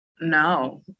no